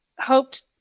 hoped